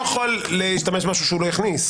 לא, הוא לא יכול להשתמש במשהו שהוא לא הכניס.